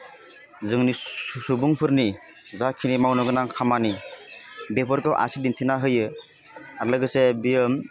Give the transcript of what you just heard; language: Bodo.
जोंनि सुबुंफोरनि जाखिनि मावनो गोनां खामानि बेफोरखौ आसि दिन्थिना होयो आरो लोगोसे बियो